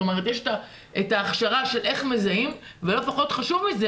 יש את ההכשרה של איך מזהים ולא פחות חשוב מזה,